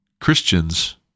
Christians